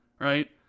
Right